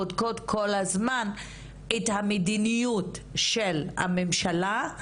בודקות כל הזמן את המדיניות של הממשלה,